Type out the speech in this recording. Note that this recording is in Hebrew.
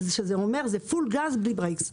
וזה אומר פול גז, בלי ברקס.